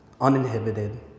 uninhibited